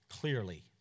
Clearly